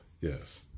yes